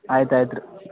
ಆಯ್ತು ಆಯ್ತು ರೀ